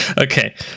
okay